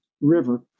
River